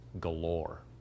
galore